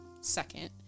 second